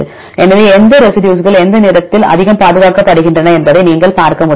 எனவே எந்த ரெசிடியூஸ்கள் எந்த நிறத்தில் அதிகம் பாதுகாக்கப்படுகின்றன என்பதை நீங்கள் பார்க்க முடியுமா